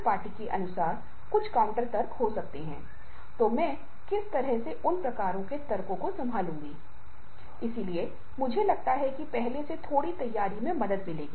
पारिवारिक संबंध के समतावादी मानदंड हैं हर कोई समान है